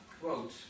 quote